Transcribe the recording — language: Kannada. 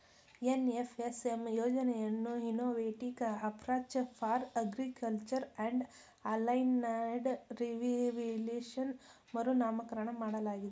ಎನ್.ಎಫ್.ಎಸ್.ಎಂ ಯೋಜನೆಯನ್ನು innovative approach for agriculture and allied rejuvenation ಮರುನಾಮಕರಣ ಮಾಡಲಾಗಿದೆ